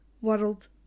world